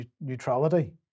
neutrality